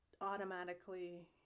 automatically